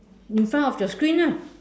in front of your screen ah